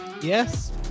yes